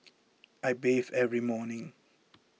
I bathe every morning